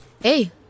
Hey